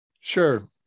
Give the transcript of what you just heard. Sure